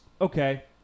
okay